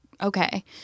okay